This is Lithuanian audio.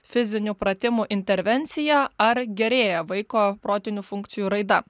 fizinių pratimų intervenciją ar gerėja vaiko protinių funkcijų raida